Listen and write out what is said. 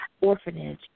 orphanage